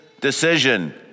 decision